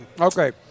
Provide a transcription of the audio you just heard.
Okay